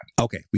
okay